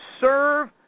serve